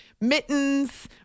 mittens